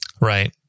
Right